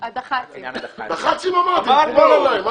דח"צים אמרתי, מקובל עליי.